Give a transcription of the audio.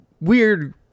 weird